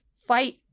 fight